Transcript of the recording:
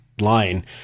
line